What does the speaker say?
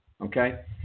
Okay